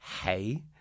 hey